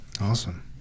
Awesome